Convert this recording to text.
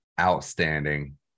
Outstanding